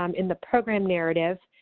um in the program narrative,